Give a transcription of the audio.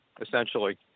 essentially